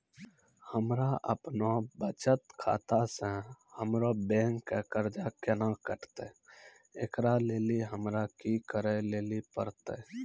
हमरा आपनौ बचत खाता से हमरौ बैंक के कर्जा केना कटतै ऐकरा लेली हमरा कि करै लेली परतै?